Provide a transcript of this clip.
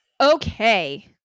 Okay